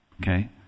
Okay